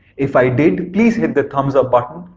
if i did please hit the thumbs up button,